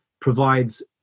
provides